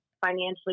financially